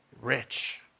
rich